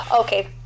Okay